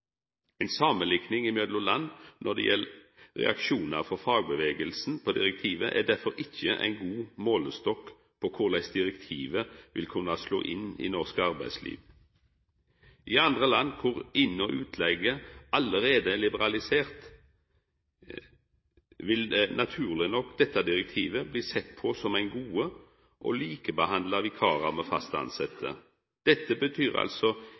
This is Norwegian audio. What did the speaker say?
samanlikning mellom land når det gjeld reaksjonar frå fagrørsla på direktivet, er derfor ikkje ein god målestokk på korleis direktivet vil kunna slå inn i norsk arbeidsliv. I andre land kor inn- og utlegget allereie er liberalisert, vil naturleg nok dette direktivet bli sett på som eit gode og likebehandla vikarar med fast tilsette. Dette betyr